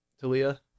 Talia